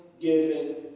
given